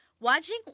Watching